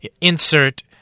insert